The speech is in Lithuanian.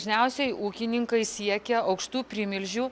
dažniausiai ūkininkai siekia aukštų primilžių